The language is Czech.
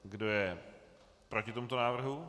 Kdo je proti tomuto návrhu?